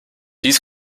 dies